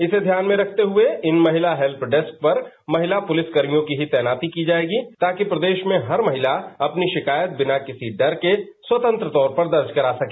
इसे ध्यान में रखते हुए इन महिला हेल्य डेस्क पर महिला पुलिसकर्मियों की ही तैनाती की जाएगी ताकि प्रदेश में हर महिला अपनी शिकायत बिना किसी डर के स्वतंत्र तौर पर दर्ज करा सके